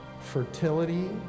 fertility